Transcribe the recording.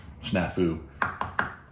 Snafu